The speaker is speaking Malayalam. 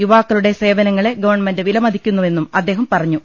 യുവാക്കളുടെ സേവന ങ്ങളെ ഗവൺമെന്റ് വിലമതിക്കുന്നുവെന്നും അദ്ദേഹം പറഞ്ഞു